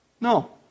No